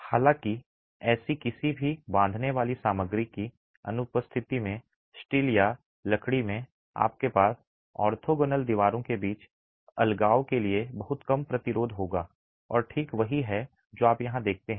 हालांकि ऐसी किसी भी बांधने वाली सामग्री की अनुपस्थिति में स्टील या लकड़ी में आपके पास ऑर्थोगोनल दीवारों के बीच अलगाव के लिए बहुत कम प्रतिरोध होगा और ठीक वही है जो आप यहां देखते हैं